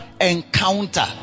encounter